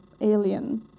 alien